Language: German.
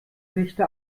nichte